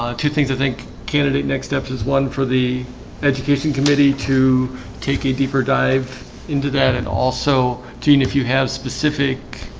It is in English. ah two things. i think candidate next steps is one for the education committee to take a deeper dive into that and also teen if you have specific